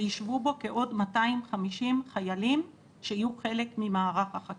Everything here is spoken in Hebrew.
וישבו בו כעוד 250 חיילים שיהיו חלק ממערך החקירות.